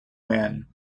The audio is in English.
when